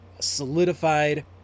solidified